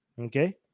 Okay